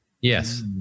Yes